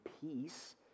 peace